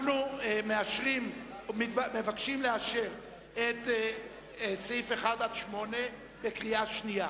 אנחנו מבקשים לאשר את סעיפים 8-1 בקריאה שנייה.